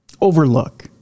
overlook